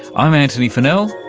i'm antony funnell,